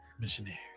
missionary